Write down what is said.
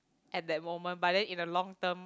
at that moment but then in a long term